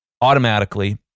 automatically